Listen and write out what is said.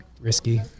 risky